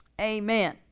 amen